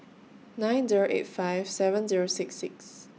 nine Zero eight five seven Zero six six